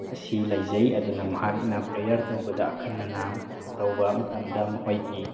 ꯑꯁꯤ ꯂꯩꯖꯩ ꯑꯗꯨꯅ ꯃꯍꯥꯛꯅ ꯄ꯭ꯔꯦꯌꯔ ꯇꯧꯕꯗ ꯑꯈꯟꯅꯅ ꯇꯧꯕ ꯃꯇꯝꯗ ꯃꯈꯣꯏꯒꯤ